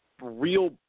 real